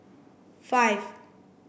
five